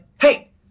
Hey